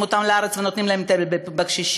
אותם לארץ ונותנים להם לטפל בקשישים.